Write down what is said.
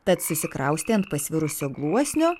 tad susikraustė ant pasvirusio gluosnio